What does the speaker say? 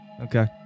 Okay